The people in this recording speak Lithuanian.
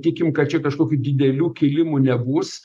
tikim kad čia kažkokių didelių kilimų nebus